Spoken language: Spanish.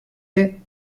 allende